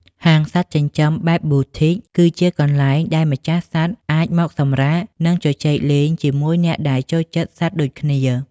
ហាងសត្វចិញ្ចឹមបែប Boutique គឺជាកន្លែងដែលម្ចាស់សត្វអាចមកសម្រាក និងជជែកលេងជាមួយអ្នកដែលចូលចិត្តសត្វដូចគ្នា។